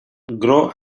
grow